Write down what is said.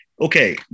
okay